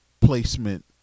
placement